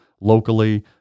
locally